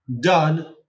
done